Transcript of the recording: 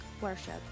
worship